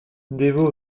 dévot